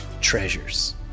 treasures